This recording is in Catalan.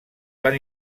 van